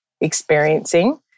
experiencing